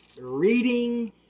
reading